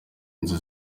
nzu